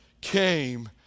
came